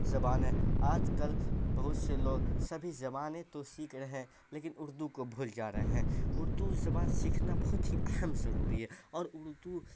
زبان ہے آج کل بہت سے لوگ سبھی زبانیں تو سیکھ رہے ہیں لیکن اردو کو بھول جا رہے ہیں اردو زبان سیکھنا بہت ہی اہم ضروری ہے اور اردو